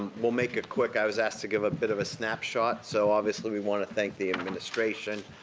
um we'll make it quick. i was asked to give a bit of a snapshot, so, obviously, we want to thank the administration,